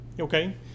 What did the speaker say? Okay